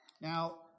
Now